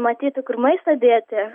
matyti kur maistą dėti